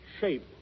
shape